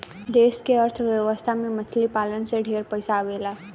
देश के अर्थ व्यवस्था में मछली पालन से ढेरे पइसा आवेला